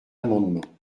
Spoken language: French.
amendement